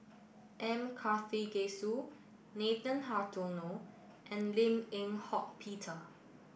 M Karthigesu Nathan Hartono and Lim Eng Hock Peter